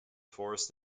forests